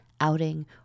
outing